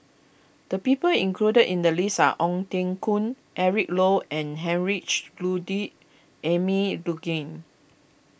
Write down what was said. the people included in the list are Ong Teng Koon Eric Low and Heinrich Ludwig Emil Luering